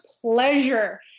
pleasure